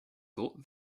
thought